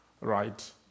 right